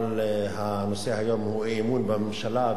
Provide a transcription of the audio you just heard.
אבל הנושא היום הוא אי-אמון בממשלה,